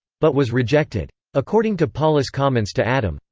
but was rejected. according to paulus' comments to adam,